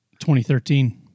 2013